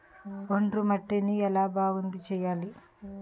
ఒండ్రు మట్టిని ఎలా బాగుంది చేయాలి?